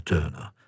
Turner